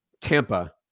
Tampa